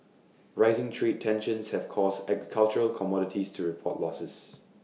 rising trade tensions have caused agricultural commodities to report losses